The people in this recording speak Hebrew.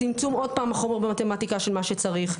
צמצום עוד פעם חומר במתמטיקה של מה שצריך.